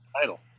title